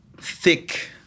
thick